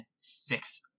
six